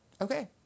Okay